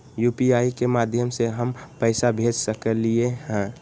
UPI के माध्यम से हम पैसा भेज सकलियै ह?